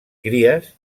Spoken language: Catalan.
cries